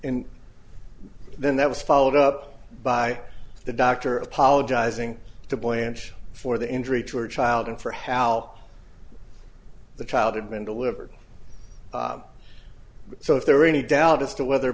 and then that was followed up by the doctor apologizing to blanche for the injury to her child and for how the child had been delivered so if there were any doubt as to whether